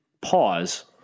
pause